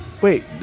Wait